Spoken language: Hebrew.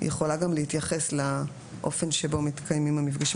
היא יכולה גם להתייחס לאופן שבו מתקיימים המפגשים.